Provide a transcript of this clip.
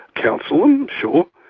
counsel them sure,